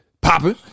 popping